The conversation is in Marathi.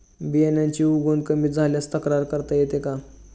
बियाण्यांची उगवण कमी झाल्यास तक्रार करता येते का?